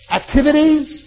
activities